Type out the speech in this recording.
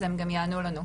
אז הם גם יענו לנו.